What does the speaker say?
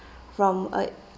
from I